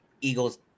Eagles